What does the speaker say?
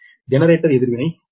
generator எதிர்வினை 0